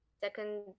second